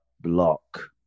block